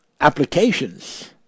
applications